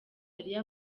hariyo